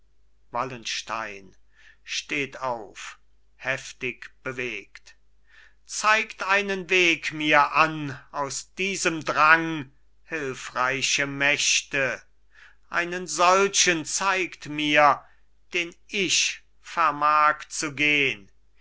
wallenstein steht auf heftig bewegt zeigt einen weg mir an aus diesem drang hilfreiche mächte einen solchen zeigt mir den ich vermag zu gehn